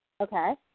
Okay